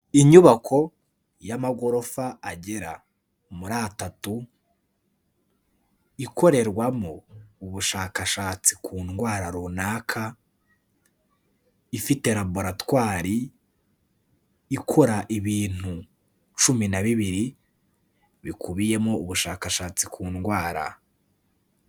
Inyubako y'amagorofa agera muri 3, ikorerwamo ubushakashatsi ku ndwara runaka, ifite laboratwari ikora ibintu cumi na bibiri bikubiyemo ubushakashatsi ku ndwara.